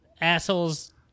assholes